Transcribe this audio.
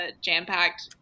jam-packed